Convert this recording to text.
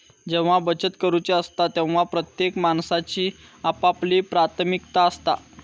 जेव्हा बचत करूची असता तेव्हा प्रत्येक माणसाची आपापली प्राथमिकता असता